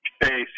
Hey